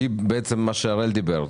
שהיא מה שהראל דיבר,